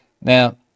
Now